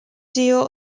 deal